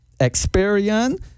Experian